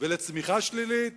ולצמיחה שלילית